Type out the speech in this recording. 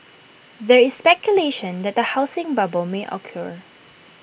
there is speculation that A housing bubble may occur